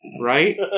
Right